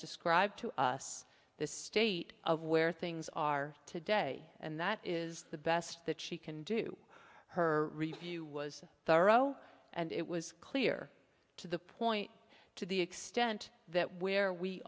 described to us the state of where things are today and that is the best that she can do her review was thorough and it was clear to the point to the extent that where we